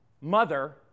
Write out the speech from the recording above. mother